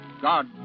God